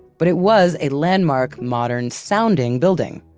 but it was a landmark modern-sounding building,